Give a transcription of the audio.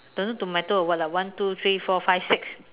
don't know tomato or what lah one two three four five six